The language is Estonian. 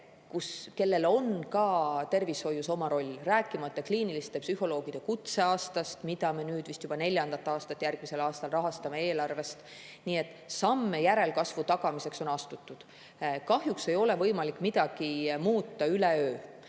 kellel on ka tervishoius oma roll. Siis veel kliiniliste psühholoogide kutseaasta, mida me nüüd vist juba neljandat aastat järgmisel aastal rahastame eelarvest. Nii et samme järelkasvu tagamiseks on astutud. Kahjuks ei ole võimalik midagi muuta üleöö.